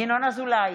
ינון אזולאי,